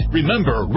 Remember